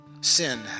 Sin